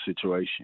situation